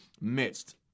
midst